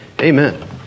Amen